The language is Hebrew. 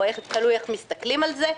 תלוי איך מסתכלים על זה.